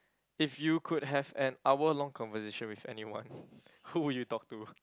if you could have an hour long conversation with anyone who would you talk to